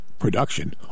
Production